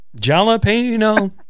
jalapeno